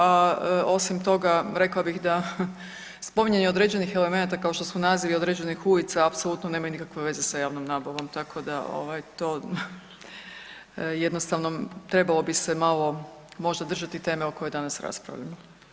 A osim toga rekla bih da spominjanje određenih elemenata kao što su nazivi određenih ulica apsolutno nemaju nikakve veze sa javnom nabavom, tako da to jednostavno trebalo bi se malo možda držati teme o kojoj danas raspravljamo.